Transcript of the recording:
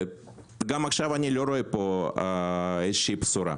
גם עכשיו אני לא רואה פה איזושהי בשורה.